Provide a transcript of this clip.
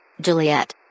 Juliet